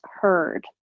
heard